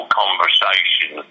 conversation